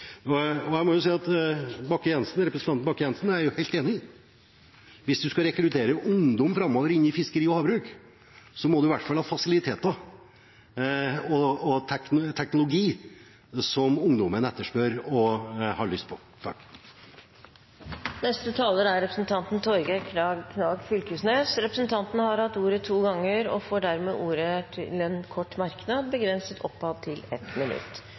representanten Bakke-Jensen. Hvis man framover skal rekruttere ungdom til fiskeri og havbruk, må man i hvert fall ha fasiliteter og teknologi som ungdommen etterspør og har lyst på. Representanten Torgeir Knag Fylkesnes har hatt ordet to ganger tidligere og får ordet til en kort merknad, begrenset til 1 minutt.